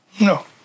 No